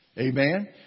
Amen